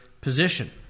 position